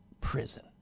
prison